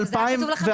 חוזר מנכ"ל